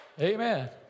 Amen